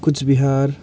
Cooch Behar